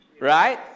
Right